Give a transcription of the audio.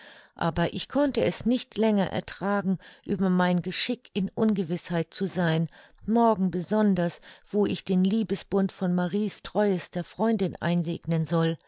aber ich konnte es nicht länger ertragen über mein geschick in ungewißheit zu sein morgen besonders wo ich den liebesbund von marie's treuester freundin einsegnen soll